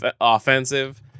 offensive